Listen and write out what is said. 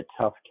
tough